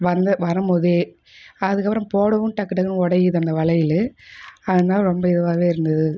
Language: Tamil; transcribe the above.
வந்த வரும் போதே அதுக்கப்புறம் போடவும் டக்கு டக்குன்னு உடையுது அந்த வளையல் அதனால் ரொம்ப இதுவாவே இருந்தது